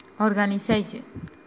Organization